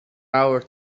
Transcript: hour